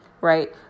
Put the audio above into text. right